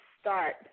start